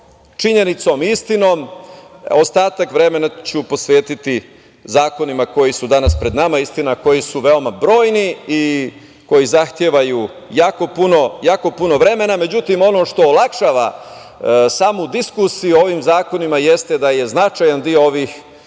činjenicom i istinom, ostatak vremena ću posvetiti zakonima koju su pred nama danas, istina, koji su veoma brojni i koji zahtevaju jako puno vremena. Međutim, ono što olakšava samu diskusiju o ovim zakonima jeste da je značajan deo ovih